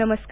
नमस्कार